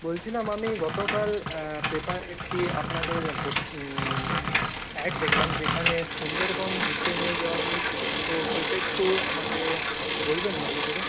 বলছিলাম আমি গতকাল পেপার একটি আপনাদের অ্যাড দেখলাম যেখানে সুন্দরবন ঘুরতে নিয়ে যাওয়ার নিয়ে ছিলো তো ওইটা একটু আমাকে বলবেন ভালো করে